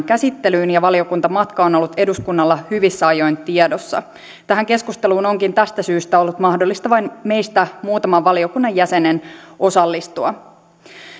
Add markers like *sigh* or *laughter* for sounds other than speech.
*unintelligible* käsittelyyn ja valiokuntamatka on ollut eduskunnalla hyvissä ajoin tiedossa tähän keskusteluun onkin tästä syystä ollut vain muutaman meistä valiokunnan jäsenistä mahdollista osallistua